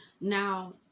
now